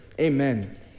Amen